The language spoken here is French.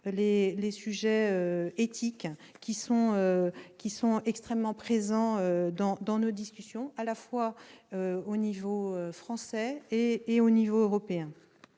les sujets éthiques, qui sont extrêmement prégnants dans nos discussions, au niveau français comme au niveau européen.